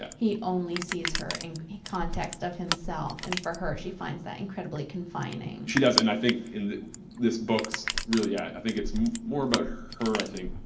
he only sees her in context of himself, and for her she finds that incredibly confining. ir she does, and i think in this book's really, yeah i think it's more about her, i think,